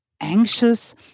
anxious